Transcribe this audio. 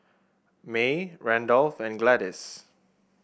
May Randolph and Gladis